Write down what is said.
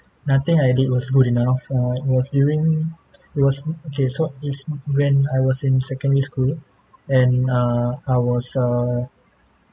nothing I did was good enough uh it was during it was okay so is when I was in secondary school and uh I was err